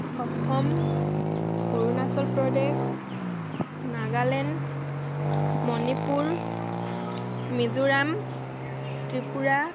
Assam Arunachal Pradesh Nagaland Manipur Mizoram Tripura